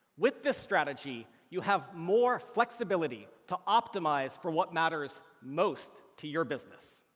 with this strategy, you have more flexibility to optimize for what matters most to your business.